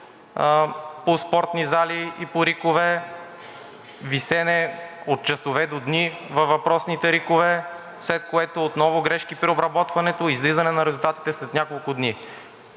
по спортни зали и по РИК-ове, висене от часове до дни във въпросните РИК-ове, след което отново грешки при обработването, излизане на резултатите след няколко дни,